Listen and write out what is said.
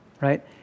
Right